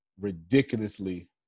ridiculously